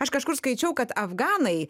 aš kažkur skaičiau kad afganai